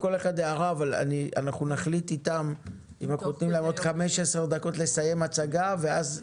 כלכלית ואני חושבת שאחד הדברים שנכון יהיה